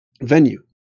venue